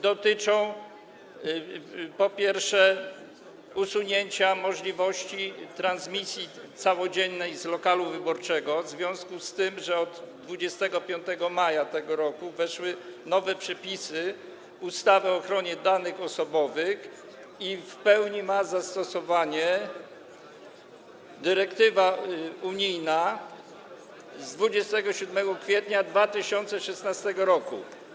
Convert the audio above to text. Dotyczą, po pierwsze, rezygnacji z możliwości transmisji całodziennej z lokalu wyborczego w związku z tym, że od 25 maja tego roku weszły nowe przepisy ustawy o ochronie danych osobowych i w pełni ma zastosowanie dyrektywa unijna z 27 kwietnia 2016 r.